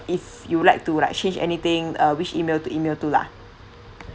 if you would like to like change anything uh which email to email to lah